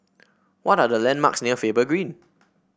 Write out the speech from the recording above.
what are the landmarks near Faber Green